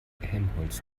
helmholtz